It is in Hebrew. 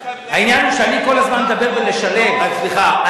העניין הוא שאני כל הזמן מדבר ב"לשלם" רק סליחה,